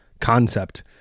concept